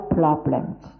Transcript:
problems